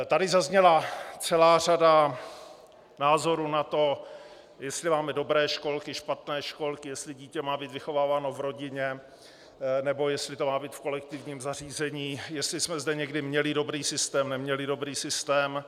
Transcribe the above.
Tady zazněla celá řada názorů na to, jestli máme dobré školky, špatné školky, jestli dítě má být vychováváno v rodině, nebo jestli to má být v kolektivním zařízení, jestli jsme zde někdy měli dobrý systém, neměli dobrý systém.